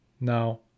Now